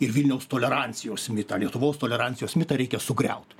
ir vilniaus tolerancijos mitą lietuvos tolerancijos mitą reikia sugriaut